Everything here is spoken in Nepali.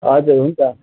हजुर हुन्छ